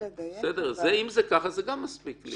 אם זה ככה, זה גם מספיק לי.